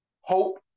Hope